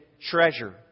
treasure